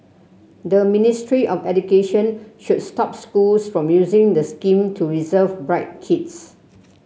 the Ministry of Education should stop schools from using the scheme to reserve bright kids